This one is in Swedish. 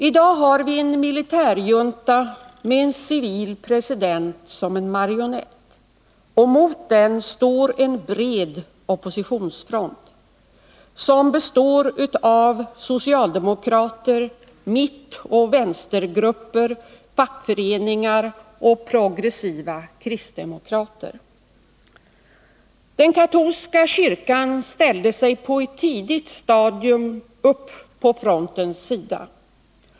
I dag har vi en militärjunta med en civil president som en marionett, och mot den står en bred oppositionsfront som består av socialdemokrater, mittoch vänstergrupperingar, fackföreningar och progressiva kristdemokrater. Den katolska kyrkan ställde på ett tidigt stadium upp på frontens sida.